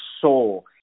soul